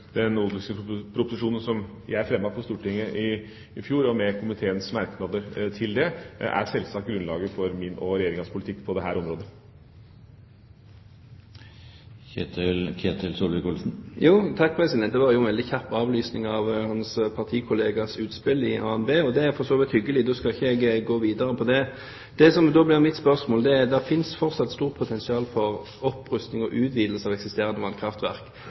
Stortinget i fjor, og komiteens merknader til den, er sjølsagt grunnlaget for min og Regjeringas politikk på dette området. Det var jo en veldig kjapp avlysning av en partikollegas utspill i ANB, og det er for så vidt hyggelig. Da skal ikke jeg gå videre med det. Det finnes fortsatt et stort potensial for opprustning og utvidelse av eksisterende vannkraftverk.